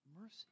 mercy